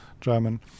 German